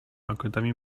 ogrodami